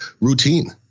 routine